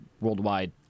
worldwide